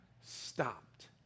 stopped